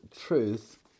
truth